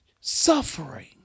Suffering